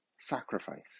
sacrifice